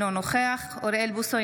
אינו נוכח אוריאל בוסו,